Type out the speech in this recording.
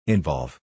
Involve